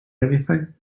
anything